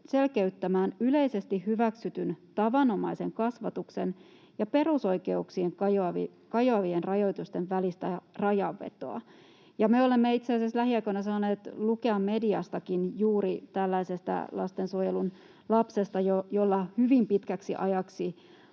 selkeyttämään yleisesti hyväksytyn, tavanomaisen kasvatuksen ja perusoikeuksiin kajoavien rajoitusten välistä rajanvetoa. Me olemme itse asiassa lähiaikoina saaneet lukea mediastakin juuri tällaisesta lastensuojelun lapsesta, jolla hyvin pitkäksi ajaksi